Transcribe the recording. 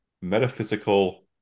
metaphysical